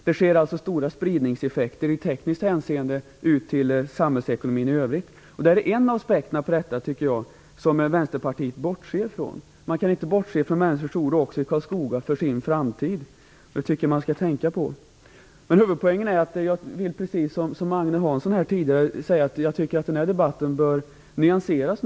Det sker alltså stora spridningseffekter i tekniskt hänseende ut till samhällsekonomin i övrigt. Det här är en aspekt som Vänsterpartiet bortser från. Man kan inte bortse från människors oro också i Karlskoga för sin framtid. Det skall man tänka på. Huvudpoängen är, precis som Agne Hansson sade, att den här debatten bör nyanseras.